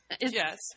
Yes